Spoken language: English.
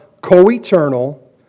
co-eternal